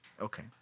Okay